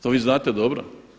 To vi znate dobro.